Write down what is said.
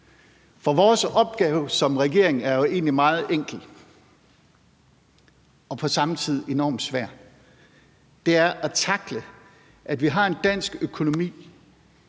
Vores opgave som regering er jo egentlig meget enkel og på samme tid enormt svær: Den er at tackle, at vi har en dansk økonomi,